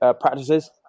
practices